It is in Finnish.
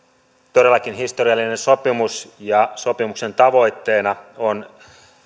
todellakin historiallinen sopimus ja sopimuksen tavoitteena on